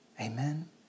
Amen